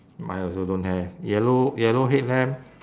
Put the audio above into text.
mine also don't have yellow yellow headlamp